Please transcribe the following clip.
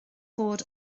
fod